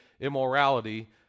immorality